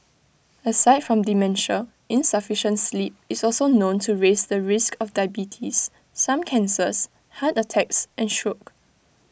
aside from dementia insufficient sleep is also known to raise the risk of diabetes some cancers heart attacks and stroke